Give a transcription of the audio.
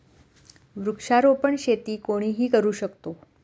वृक्षारोपण शेती कोणीही करू शकतो